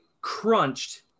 crunched